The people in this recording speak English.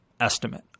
estimate